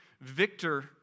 victor